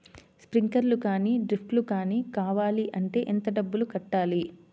Sprinkler కానీ డ్రిప్లు కాని కావాలి అంటే ఎంత డబ్బులు కట్టాలి?